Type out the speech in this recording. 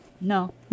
No